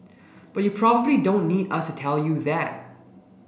but you probably don't need us to tell you that